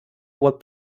what